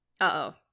Uh-oh